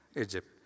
Egypt